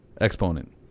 exponent